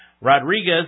Rodriguez